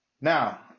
Now